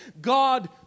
God